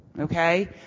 Okay